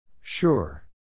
Sure